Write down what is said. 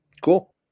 Cool